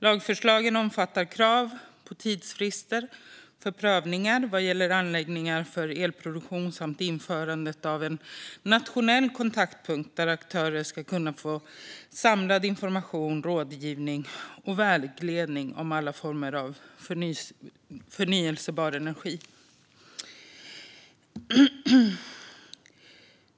Lagförslagen omfattar krav på tidsfrister för prövningar vad gäller anläggningar för elproduktion samt införandet av en nationell kontaktpunkt, där aktörer ska kunna få samlad information, rådgivning och vägledning om alla former av förnybar energi.